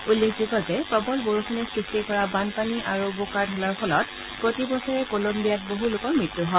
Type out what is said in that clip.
উল্লেখযোগ্য যে প্ৰবল বৰষুণে সৃষ্টি কৰা বানপানী আৰু বোকাৰ ঢলে প্ৰতি বছৰে কোলোস্থিয়াত বহু লোকৰ মৃত্যু হয়